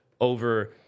over